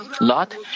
Lot